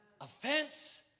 Offense